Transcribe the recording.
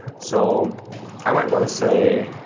so i might wanna say,